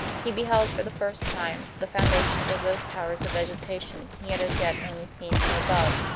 he beheld, for the first time, the foundations of those towers of vegetation he had as yet only seen from above,